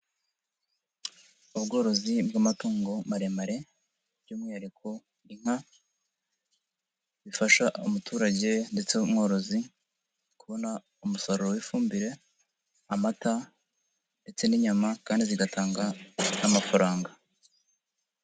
Ubworozi bw'amatungo maremare by'umwihariko inka, zifasha umuturage ndetse w'umworozi kubona umusaruro w'ifumbire, amata ndetse n'inyama kandi zigatanga amafaranga.